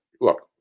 look